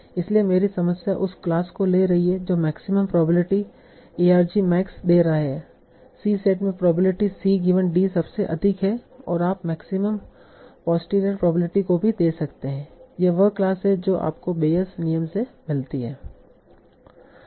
इसलिए मेरी समस्या उस क्लास को ले रही है जो मैक्सिमम प्रोबेबिलिटी argmax दे रहा है c सेट में प्रोबेबिलिटी c गिवन d सबसे अधिक है और आप मैक्सिमम पोस्टीरियर प्रोबेबिलिटी को भी दे सकते हैं यह वह क्लास है जो आपको बेयस नियम से मिलती है